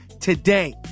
today